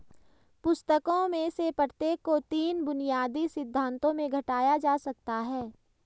पुस्तकों में से प्रत्येक को तीन बुनियादी सिद्धांतों में घटाया जा सकता है